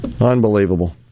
Unbelievable